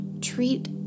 treat